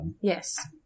Yes